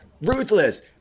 ruthless